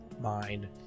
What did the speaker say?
mind